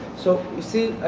so you see.